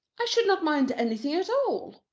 i should not mind anything at all.